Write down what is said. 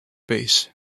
base